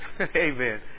Amen